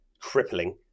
crippling